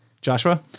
Joshua